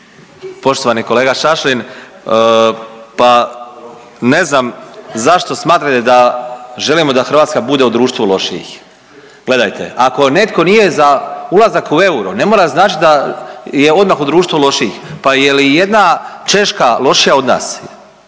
Poštovani kolega Šašlin, pa ne znam zašto smatrate da želimo da Hrvatska bude u društvu lošijih. Gledajte, ako netko nije za ulazak u euro ne mora značit da je odmah u društvu lošijih, pa je li jedna Češka lošija od nas